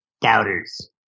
doubters